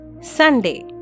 Sunday